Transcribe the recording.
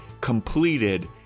completed